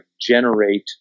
generate